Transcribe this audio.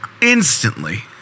instantly